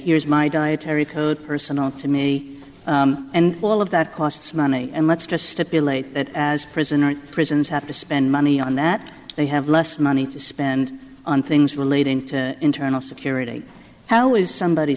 here's my dietary code personal to me and all of that costs money and let's just stipulate that as prisoners prisons have to spend money on that they have less money to spend on things relating to internal security how is somebody